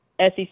sec